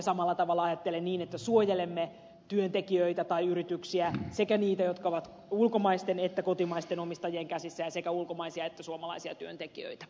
samalla tavalla ajattelen niin että suojelemme työntekijöitä tai yrityksiä sekä niitä jotka ovat ulkomaisten että niitä jotka ovat kotimaisten omistajien käsissä ja sekä ulkomaisia että suomalaisia työntekijöitä